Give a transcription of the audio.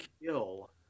kill